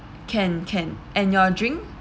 can can and your drink